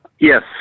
Yes